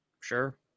Sure